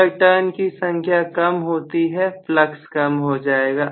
अगर टर्न की संख्या कम होती है फ्लक्स कम हो जाएगा